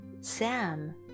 Sam